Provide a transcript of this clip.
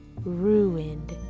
ruined